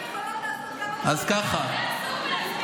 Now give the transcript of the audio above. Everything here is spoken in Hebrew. נשים יכולות לעשות כמה דברים,